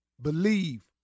Believe